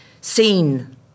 seen